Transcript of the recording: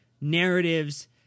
narratives